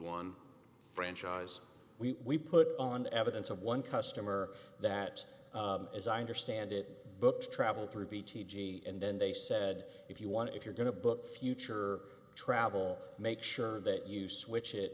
one franchise we put on evidence of one customer that as i understand it books travel through p t g and then they said if you want to if you're going to book future travel make sure that you switch